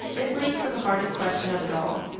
this leads to the hardest question of it all.